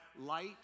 Light